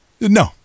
No